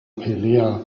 pelea